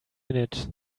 minute